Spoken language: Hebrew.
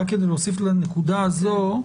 אני רק אוסיף לנקודה הזו.